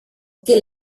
que